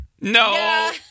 No